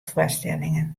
foarstellingen